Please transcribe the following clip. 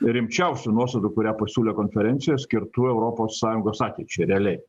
rimčiausių nuostatų kurią pasiūlė konferencija skirtų europos sąjungos ateičiai realiai